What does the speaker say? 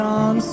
on